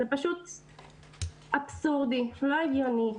זה פשוט אבסורדי, לא הגיוני.